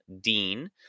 dean